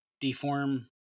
deform